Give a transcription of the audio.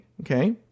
Okay